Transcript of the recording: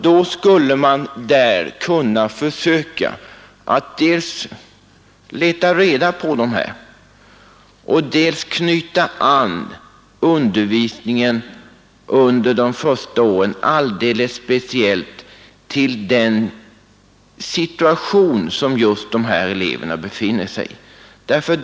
Där skall man då försöka att dels leta reda på dessa ungdomar, dels under de första åren lägga upp undervisningen med hänsyn till den situation som just dessa elever befinner sig i.